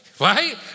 Right